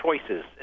choices